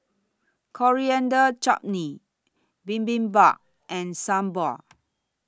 Coriander Chutney Bibimbap and Sambar